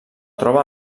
troba